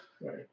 Right